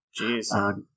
Jeez